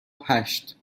هشت